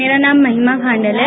मेरा नाम महिमा खांडल है